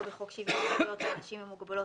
בחוק שוויון הזדמנויות לאנשים עם מוגבלות,